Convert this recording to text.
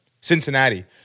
Cincinnati